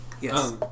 Yes